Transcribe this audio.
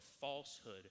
falsehood